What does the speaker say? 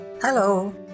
Hello